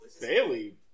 Bailey